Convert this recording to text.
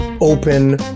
Open